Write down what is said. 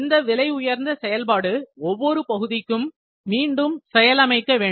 இந்த விலை உயர்ந்த செயல்பாடு ஒவ்வொரு பகுதிக்கும் மறுபடி செயல் அமைக்க வேண்டும்